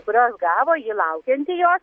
kurios gavo ji laukiantį jo